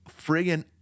friggin